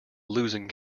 losing